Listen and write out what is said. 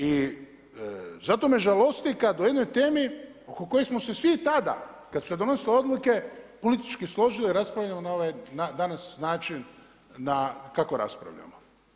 I zato me žalosti kad u jednoj temi oko koje smo se svi tada kad ste donosili odluke, politički složili, raspravljeno na ovaj danas način na kako raspravljamo.